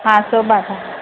ہاں سب بخیر